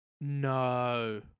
no